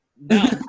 No